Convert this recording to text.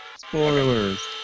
Spoilers